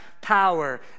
power